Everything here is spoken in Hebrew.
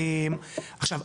עכשיו,